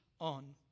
on